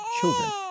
children